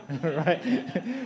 right